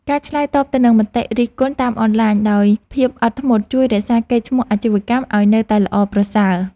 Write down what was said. ការឆ្លើយតបទៅនឹងមតិរិះគន់តាមអនឡាញដោយភាពអត់ធ្មត់ជួយរក្សាកេរ្តិ៍ឈ្មោះអាជីវកម្មឱ្យនៅតែល្អប្រសើរ។